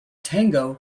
tango